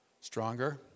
Stronger